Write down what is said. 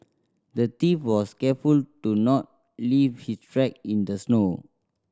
the thief was careful to not leave his track in the snow